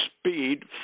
speed